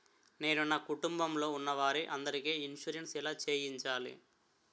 నేను నా కుటుంబం లొ ఉన్న వారి అందరికి ఇన్సురెన్స్ ఎలా చేయించాలి?